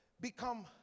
become